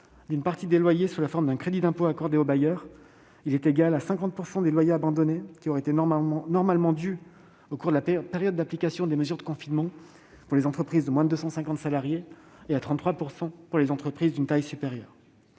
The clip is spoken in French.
d'une partie des loyers, sous la forme d'un crédit d'impôt accordé aux bailleurs égal à 50 % des loyers abandonnés normalement dus au cours de la période d'application des mesures de confinement pour les entreprises de moins de 250 salariés, et à 33 % pour les entreprises d'une taille supérieure.